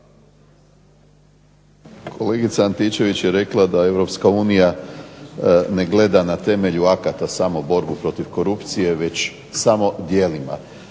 Kolegica Antičević je rekla da EU ne gleda na temelju akata samo borbu protiv korupcije već samo djelima.